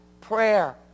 Prayer